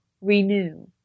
renew